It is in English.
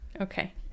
Okay